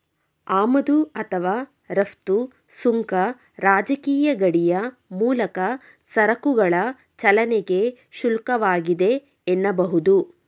ಆಮದು ಅಥವಾ ರಫ್ತು ಸುಂಕ ರಾಜಕೀಯ ಗಡಿಯ ಮೂಲಕ ಸರಕುಗಳ ಚಲನೆಗೆ ಶುಲ್ಕವಾಗಿದೆ ಎನ್ನಬಹುದು